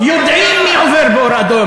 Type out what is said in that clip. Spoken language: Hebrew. יודעים מי עובר באור אדום,